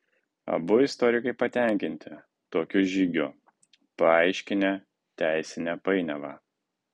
abu istorikai patenkinti tokiu žygiu paaiškinę teisinę painiavą